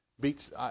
beats